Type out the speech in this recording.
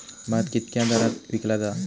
भात कित्क्या दरात विकला जा?